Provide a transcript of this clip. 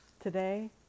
Today